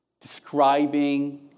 describing